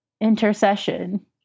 Intercession